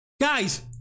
Guys